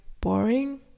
boring